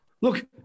look